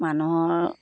মানুহৰ